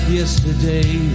yesterday